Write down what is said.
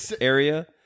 area